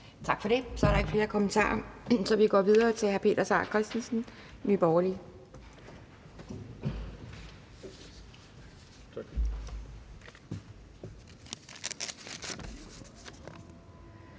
Tak for det. Der er ikke flere kommentarer, så vi går videre til hr. Peter Seier Christensen, Nye Borgerlige.